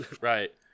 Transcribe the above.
Right